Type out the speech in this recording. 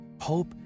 hope